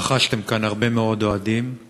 עמדה נוספת, חבר הכנסת איציק שמולי ראשון.